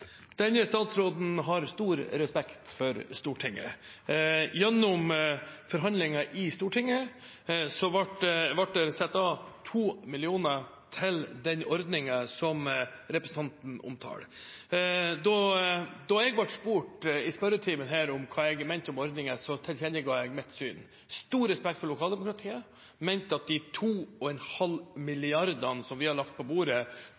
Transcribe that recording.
Denne statsråden har stor respekt for Stortinget. Gjennom forhandlinger i Stortinget ble det satt av 2 mill. kr til den ordningen som representanten omtaler. Da jeg ble spurt i spørretimen om hva jeg mente om ordningen, tilkjennega jeg mitt syn. Jeg har stor respekt for lokaldemokratiet, men jeg mener at de 2,5 mrd. kr som vi har lagt på bordet